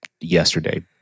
yesterday